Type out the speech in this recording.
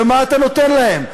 ומה אתה נותן להם?